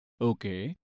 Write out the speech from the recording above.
Okay